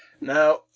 Now